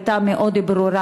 הייתה מאוד ברורה: